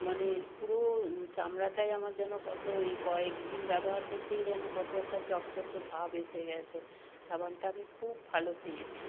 মানে পুরো চামড়াটাই আমার যেন কতো এই কয়েক দিন ব্যবহার করতেই যেন কতো একটা চকচকে ভাব এসে গেছে সাবানটা আমি খুব ভালো পেয়েছি